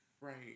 Right